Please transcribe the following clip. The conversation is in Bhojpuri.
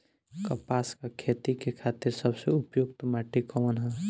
कपास क खेती के खातिर सबसे उपयुक्त माटी कवन ह?